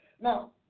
Now